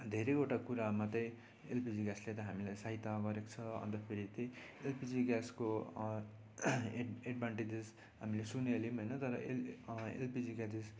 धेरैवटा कुरामा त्यही एलपिजी ग्यासले त हामीलाई सहायता गरेको छ अन्तखेरि त्यही एलपिजी ग्यासको एड एडभान्टेजेस हामीले सुनिहाल्यौँ होइन तर एल एलपिजी ग्यासेस